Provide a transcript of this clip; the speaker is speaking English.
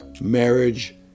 marriage